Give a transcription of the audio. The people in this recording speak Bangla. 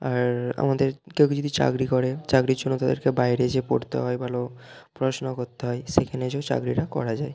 আর আমাদের কেওকে যদি চাকরি করে চাকরির জন্য তাদেরকে বাইরে গিয়ে পড়তে হয় ভালো প্রশ্ন করতে হয় সেইখানে যেয়েও চাকরিটা করা যায়